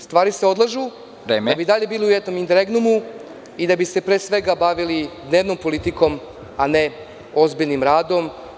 Stvari se odlažu… (Predsednik: Vreme.) … da bi i dalje bile u jednom inderegnumu i da bi se pre svega bavili dnevnom politikom, a ne ozbiljnim radom.